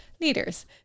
Leaders